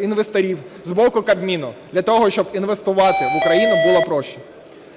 інвесторів з боку Кабміну для того, щоб інвестувати в Україну було простіше.